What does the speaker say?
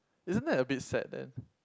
isn't that a bit sad then